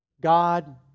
God